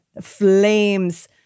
flames